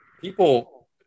people